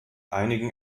einigen